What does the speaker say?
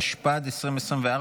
התשפ"ד 2024,